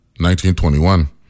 1921